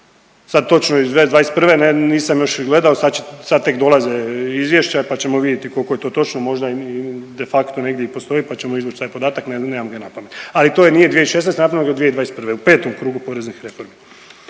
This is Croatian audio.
sad točno 2021. nisam još gledao sad tek dolaze izvješća pa ćemo vidjeti koliko je to točno možda i de facto negdje i postoji pa ćemo izvući taj podatak nemam ga na pamet. Ali to nije 2016. napravljeno nego 2021. u petom krugu poreznih reformi.